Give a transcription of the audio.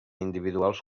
individuals